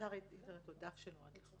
או בדף שנועד לכך